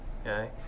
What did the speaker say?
Okay